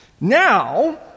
Now